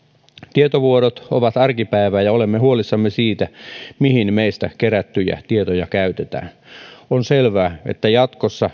tietovuodot ovat arkipäivää ja olemme huolissamme siitä mihin meistä kerättyjä tietoja käytetään on selvää että jatkossa